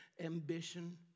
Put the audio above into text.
ambition